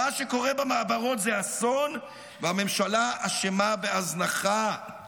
מה שקורה במעברות זה אסון, והממשלה אשמה בהזנחה".